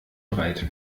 breit